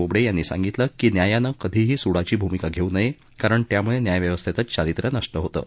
बोबडे यांनी सांगितलं की न्यायानं कधीही सूडाची भूमिका घेऊ नये कारण त्यामुळे न्यायव्यस्थेचं चारित्र्य नष्ट होतं